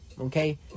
okay